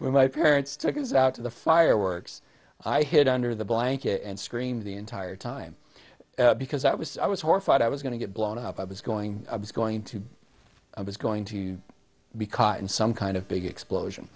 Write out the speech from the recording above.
when my parents took us out to the fireworks i hid under the blanket and screamed the entire time because i was i was horrified i was going to get blown up i was going i was going to i was going to be caught in some kind of big